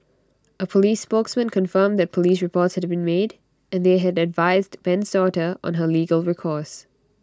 A Police spokesman confirmed that Police reports had been made and they had advised Ben's daughter on her legal recourse